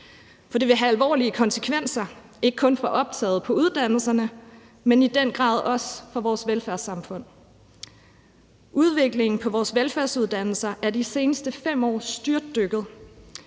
For det vil have alvorlige konsekvenser, ikke kun for optaget på uddannelserne, men i den grad også for vores velfærdssamfund. Søgningen til vores velfærdsuddannelser er de seneste 5 år styrtdykket